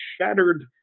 shattered